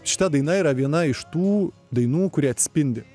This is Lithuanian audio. šita daina yra viena iš tų dainų kuri atspindi